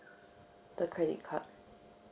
the credit card